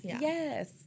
Yes